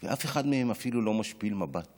ואף אחד מהם אפילו לא משפיל מבט